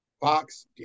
Fox